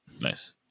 nice